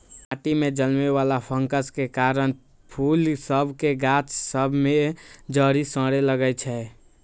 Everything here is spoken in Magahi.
माटि में जलमे वला फंगस के कारन फूल सभ के गाछ सभ में जरी सरे लगइ छै